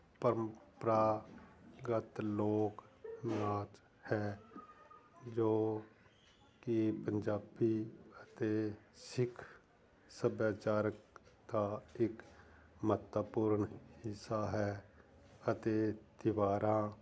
ਪਰੰਪਰਾਗਤ ਲੋਕ ਨਾਚ ਹੈ ਜੋ ਕਿ ਪੰਜਾਬੀ ਅਤੇ ਸਿੱਖ ਸਭਿਆਚਾਰਕ ਦਾ ਇੱਕ ਮਹੱਤਵਪੂਰਣ ਹਿੱਸਾ ਹੈ ਅਤੇ ਤਿਉਹਾਰਾਂ